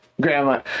grandma